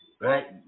Right